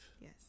Yes